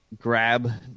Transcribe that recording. grab